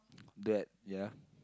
that ya